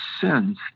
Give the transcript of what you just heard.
sins